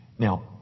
Now